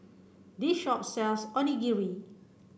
this shop sells Onigiri